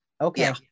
okay